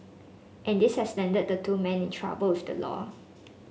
and this has landed the two men in trouble with the law